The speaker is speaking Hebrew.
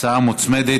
הצעה מוצמדת,